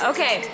Okay